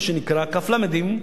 מה שנקרא כ"ף-למ"דים,